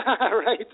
right